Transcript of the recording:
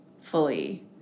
fully